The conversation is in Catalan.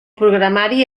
programari